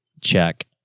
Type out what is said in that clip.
check